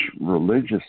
religious